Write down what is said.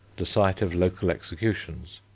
the site of local executions,